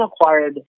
acquired